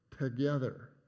together